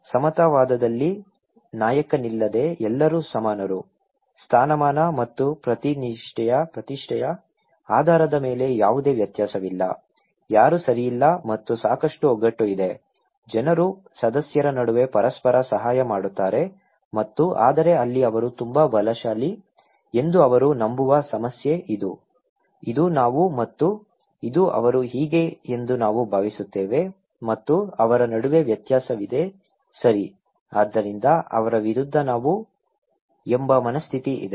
ಸಮತಾವಾದದಲ್ಲಿ ನಾಯಕನಿಲ್ಲದೆ ಎಲ್ಲರೂ ಸಮಾನರು ಸ್ಥಾನಮಾನ ಮತ್ತು ಪ್ರತಿಷ್ಠೆಯ ಆಧಾರದ ಮೇಲೆ ಯಾವುದೇ ವ್ಯತ್ಯಾಸವಿಲ್ಲ ಯಾರೂ ಸರಿಯಿಲ್ಲ ಮತ್ತು ಸಾಕಷ್ಟು ಒಗ್ಗಟ್ಟು ಇದೆ ಜನರು ಸದಸ್ಯರ ನಡುವೆ ಪರಸ್ಪರ ಸಹಾಯ ಮಾಡುತ್ತಾರೆ ಮತ್ತು ಆದರೆ ಅಲ್ಲಿ ಅವರು ತುಂಬಾ ಬಲಶಾಲಿ ಎಂದು ಅವರು ನಂಬುವ ಸಮಸ್ಯೆ ಇದು ನಾವು ಮತ್ತು ಇದು ಅವರು ಹೀಗೆ ಎಂದು ನಾವು ಭಾವಿಸುತ್ತೇವೆ ಮತ್ತು ಅವರ ನಡುವೆ ವ್ಯತ್ಯಾಸವಿದೆ ಸರಿ ಆದ್ದರಿಂದ ಅವರ ವಿರುದ್ಧ ನಾವು ಎಂಬ ಮನಸ್ಥಿತಿ ಇದೆ